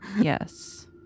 Yes